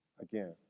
Again